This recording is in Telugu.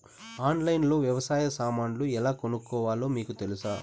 ఆన్లైన్లో లో వ్యవసాయ సామాన్లు ఎలా కొనుక్కోవాలో మీకు తెలుసా?